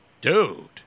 Dude